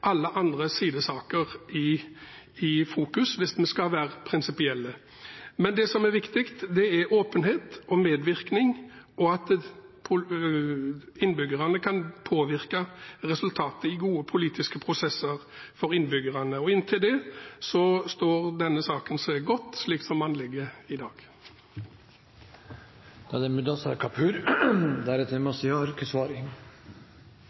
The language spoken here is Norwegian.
alle andre sidesaker i fokus, hvis vi skal være prinsipielle. Det som er viktig, er åpenhet og medvirkning – at innbyggerne kan påvirke resultatet i gode politiske prosesser for innbyggerne. Så langt står denne saken seg godt slik som den foreligger i dag. Jeg må si at det